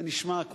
זה נשמע,